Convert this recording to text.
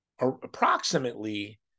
approximately